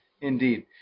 Indeed